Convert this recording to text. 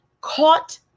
caught